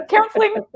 Counseling